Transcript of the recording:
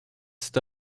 cet